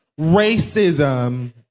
racism